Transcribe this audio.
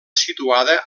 situada